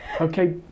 Okay